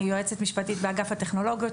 אני יועצת משפטית באגף הטכנולוגיות,